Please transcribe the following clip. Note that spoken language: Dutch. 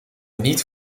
niet